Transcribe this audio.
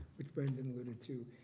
which brendan alluded to,